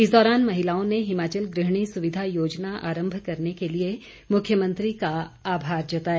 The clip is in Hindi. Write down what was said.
इस दौरान महिलाओं ने हिमाचल गृहिणी सुविधा योजना आरंभ करने के लिए मुख्यमंत्री का आभार जताया